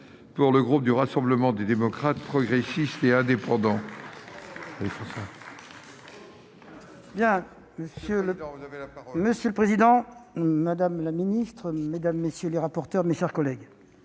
pour le groupe Rassemblement des démocrates progressistes et indépendants.